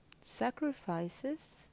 sacrifices